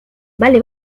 vale